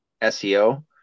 SEO